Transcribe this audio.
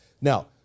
Now